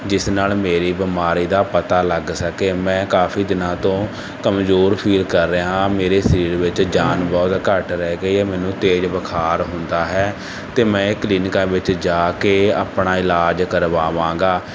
ਜਿਸ ਨਾਲ ਮੇਰੀ ਬਿਮਾਰੀ ਦਾ ਪਤਾ ਲੱਗ ਸਕੇ ਮੈਂ ਕਾਫੀ ਦਿਨਾਂ ਤੋਂ ਕਮਜ਼ੋਰ ਫੀਲ ਕਰ ਰਿਹਾ ਹਾਂ ਮੇਰੇ ਸਰੀਰ ਵਿੱਚ ਜਾਨ ਬਹੁਤ ਘੱਟ ਰਹਿ ਗਈ ਹੈ ਮੈਨੂੰ ਤੇਜ਼ ਬੁਖਾਰ ਹੁੰਦਾ ਹੈ ਅਤੇ ਮੈਂ ਇਹ ਕਲੀਨਿਕਾਂ ਵਿੱਚ ਜਾ ਕੇ ਆਪਣਾ ਇਲਾਜ ਕਰਵਾਵਾਂਗਾ